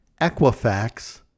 Equifax